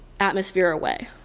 atmosphere ah way.